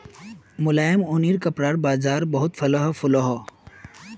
मुलायम ऊनि कपड़ार बाज़ार बहुत फलोहो फुलोहो